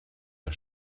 der